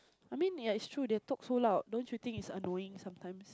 I mean it's yeah true they talk so loud don't you think it's annoying sometimes